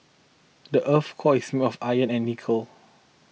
the earth's core is made of iron and nickel